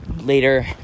later